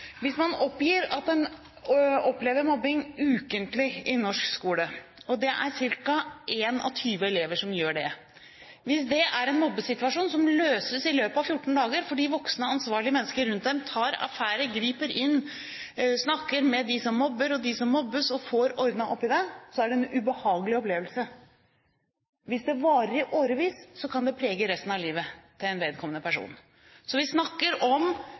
Hvis man f.eks. opplever mobbing ukentlig i norsk skole – og det er ca. én av 20 elever som gjør det – og det er en mobbesituasjon som løses i løpet av 14 dager fordi voksne, ansvarlige mennesker rundt dem tar affære, griper inn, snakker med dem som mobber, og med dem som mobbes, og får ordnet opp i det, er det en ubehagelig opplevelse. Hvis det varer i årevis, kan det prege resten av livet til vedkommende person. Så vi snakker om